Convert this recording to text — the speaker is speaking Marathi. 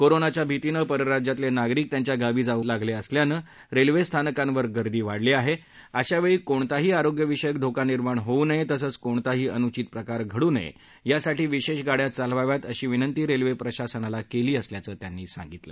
कोरोनाच्या भितीनं परराज्यातलतिगरिक त्यांच्या गावी जाऊ लागलत्रिसल्यानं रस्त्विज्ञ्थानकांवर गर्दी वाढली आहा अशावरी कोणताही आरोग्यविषयक धोका निर्माण होऊ नया असंच कोणताही अनुचित प्रकार घडू नया यासाठी विशाध्याड्या चालवाव्यात अशी विनंती रच्छित्रिशासनाला कल्नी असल्याची माहिती त्यांनी दिली